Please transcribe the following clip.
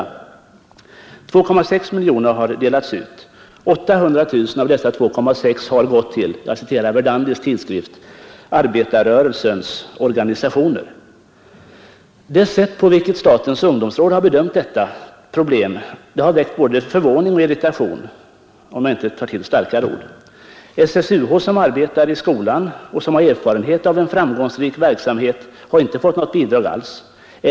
Nu har 2,6 miljoner delats ut. 800 000 av dessa 2,6 miljoner har gått till — jag citerar Verdandis tidskrift ”arbetarrörelsens organisationer”. Det sätt på vilket statens ungdomsråd har bedömt detta problem har väckt både förvåning och irritation, för att inte ta till starkare ord. SSUH, som arbetar i skolan och som har erfarenhet av en framgångsrik verksamhet, har inte fått något bidrag alls.